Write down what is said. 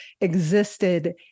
existed